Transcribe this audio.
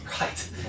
right